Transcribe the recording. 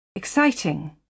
Exciting